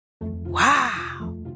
Wow